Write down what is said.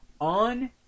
on